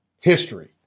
history